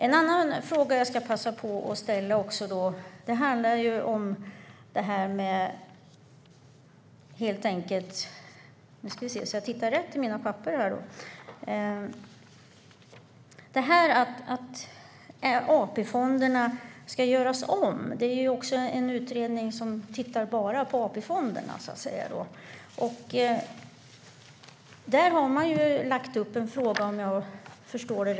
En annan fråga jag ska passa på att ställa handlar om att AP-fonderna ska göras om. Det finns också en utredning som bara tittar på AP-fonderna.